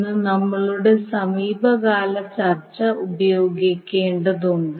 എന്ന നമ്മളുടെ സമീപകാല ചർച്ച ഉപയോഗിക്കേണ്ടതുണ്ട്